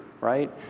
right